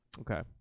Okay